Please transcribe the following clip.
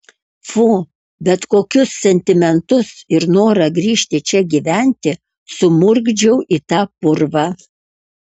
fu bet kokius sentimentus ir norą grįžti čia gyventi sumurgdžiau į tą purvą